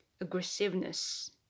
aggressiveness